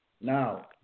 Now